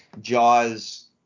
jaws